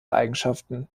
eigenschaften